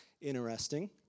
interesting